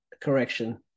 correction